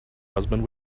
husband